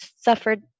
suffered